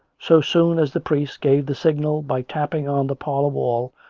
so soon as the priest gave the signal by tapping on the parlour wall,